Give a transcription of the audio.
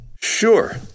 Sure